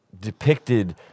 depicted